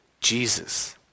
Jesus